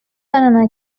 янына